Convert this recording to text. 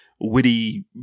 witty